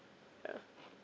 ya